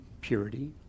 purity